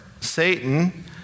Satan